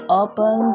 open